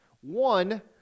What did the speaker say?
One